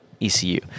ecu